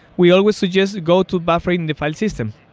we always suggest go to buffering the file system,